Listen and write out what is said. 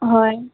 হয়